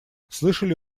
слышали